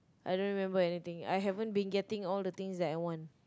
I don't remember anything I haven't been getting all the things that I want